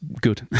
good